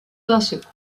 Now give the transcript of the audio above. basses